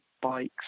bikes